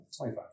25